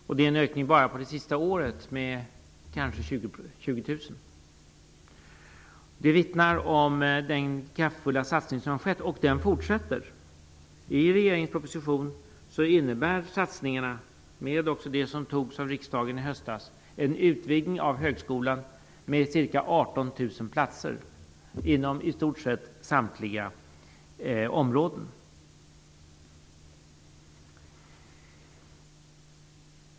Bara under det senaste året uppgår ökningen till 20 000 studerande. Detta vittnar om den kraftfulla satsning som har skett och som fortsätter. Enligt regeringens proposition innebär satsningarna tillsammans med också det som riksdagen fattade beslut om i höstas en utvidgning av högskolan med ca 18 000 platser inom i stort sett samtliga områden.